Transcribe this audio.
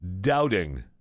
doubting